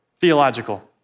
theological